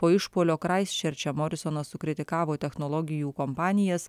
po išpuolio kraistčerče morisonas sukritikavo technologijų kompanijas